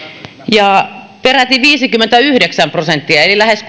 ja peräti viisikymmentäyhdeksän prosenttia eli lähes